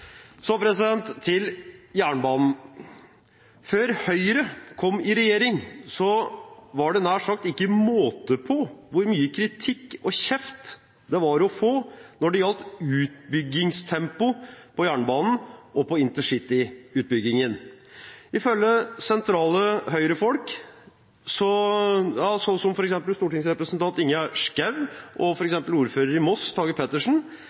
Så til jernbanen: Før Høyre kom i regjering, var det nær sagt ikke måte på hvor mye kritikk og kjeft det var å få når det gjaldt utbyggingstempoet på jernbanen og på intercity-utbyggingen. Ifølge sentrale Høyre-folk, f.eks. stortingsrepresentant Ingjerd Schou og ordføreren i Moss, Tage Pettersen,